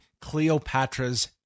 Cleopatra's